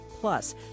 Plus